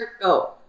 go